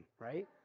right